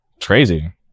Crazy